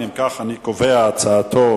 אם כך, אני קובע שהצעתו